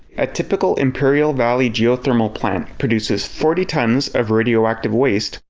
a typical imperial valley geothermal plant produces forty tons of radioactive waste,